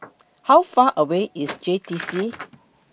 How Far away IS J T C